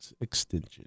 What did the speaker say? extension